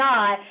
God